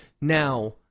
Now